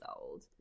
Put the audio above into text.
old